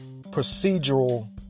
procedural